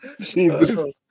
Jesus